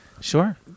Sure